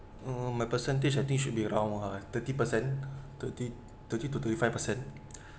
mm my percentage I think should be around uh thirty per cent thirty thirty to thirty five per cent